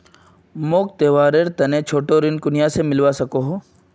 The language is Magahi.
मोक त्योहारेर तने छोटा ऋण कुनियाँ से मिलवा सको हो?